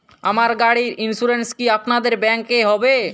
আমার গাড়ির ইন্সুরেন্স কি আপনাদের ব্যাংক এ হবে?